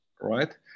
right